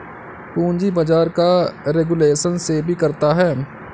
पूंजी बाजार का रेगुलेशन सेबी करता है